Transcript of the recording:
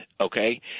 Okay